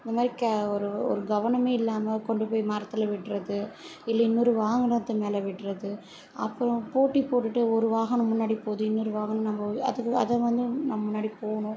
இந்தமாதிரி க ஒரு ஒரு கவனமே இல்லாமல் கொண்டு போய் மரத்தில் விடுறது இல்லை இன்னொரு வாகனத்து மேலே விடுறது அப்புறம் போட்டி போட்டுகிட்டே ஒரு வாகனம் முன்னாடி போகுது இன்னொரு வாகனம் நம்ம அது அதை வந்து நம்ம முன்னாடி போகணும்